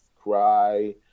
cry